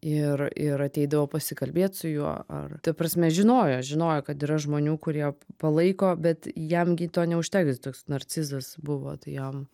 ir ir ateidavo pasikalbėt su juo ar ta prasme žinojo žinojo kad yra žmonių kurie palaiko bet jam gi to neužteks jis toks narcizas buvo tai jam